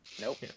Nope